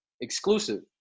Exclusive